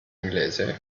inglese